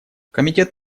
комитет